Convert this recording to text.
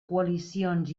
coalicions